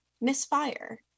misfire